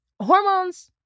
hormones